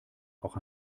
auch